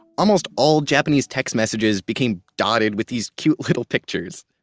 almost all japanese text messages became dotted with these cute little pictures,